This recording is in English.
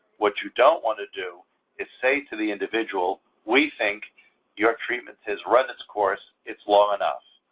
what you don't want to do is say to the individual, we think your treatment has run its course, it's long enough.